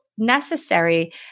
necessary